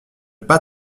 pas